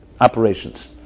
Operations